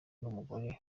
n’umugore